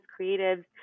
creatives